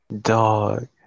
Dog